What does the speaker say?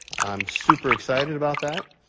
i'm super excited about that.